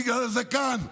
בגלל הזקן,